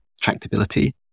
tractability